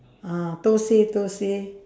uh thosai thosai